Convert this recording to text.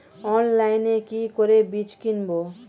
অনলাইনে কি করে বীজ কিনব?